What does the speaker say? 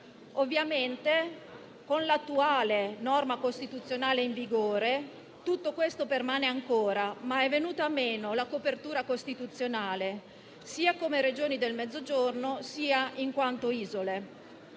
Ovviamente, con la norma costituzionale attualmente in vigore tutto questo permane ancora, ma è venuta meno la copertura costituzionale sia come Regioni del Mezzogiorno, sia in quanto Isole.